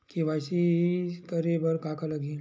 KYC करे बर का का लगही?